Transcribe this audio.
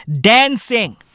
dancing